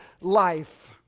life